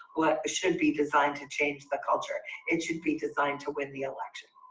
what should be designed to change the culture it should be designed to win the election.